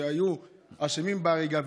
שהיו אשמים בהריגה,